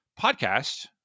podcast